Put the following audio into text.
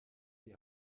die